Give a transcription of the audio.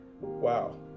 Wow